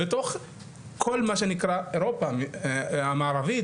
בתוך כל מה שנקרא אירופה המערבית,